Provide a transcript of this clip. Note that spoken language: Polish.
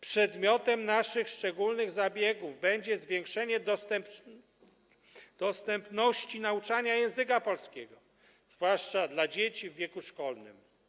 Przedmiotem naszych szczególnych zabiegów będzie zwiększenie dostępności nauczania języka polskiego, zwłaszcza dla dzieci w wieku szkolnym.